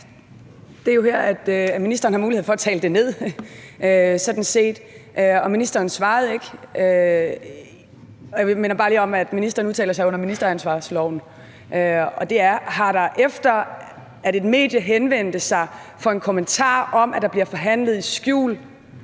Det er jo her, ministeren har mulighed for at tale det ned sådan set, og ministeren svarede ikke. Jeg minder bare lige om, at ministeren udtaler sig under ministeransvarsloven. Har der, efter at et medie henvendte sig for en kommentar om, at der bliver forhandlet i skjul,